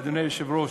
אדוני היושב-ראש,